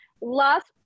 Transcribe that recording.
Last